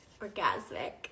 orgasmic